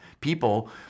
people